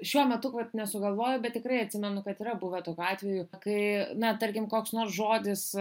šiuo metu kad nesugalvoju bet tikrai atsimenu kad yra buvę tokių atvejų kai na tarkim koks nors žodis